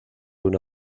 una